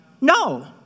No